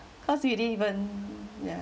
cause we didn't even yeah